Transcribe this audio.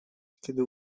kiedy